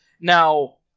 Now